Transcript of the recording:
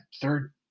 third